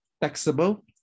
taxable